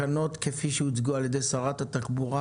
1 הצעת תקנות הטיס (אגרות רישום,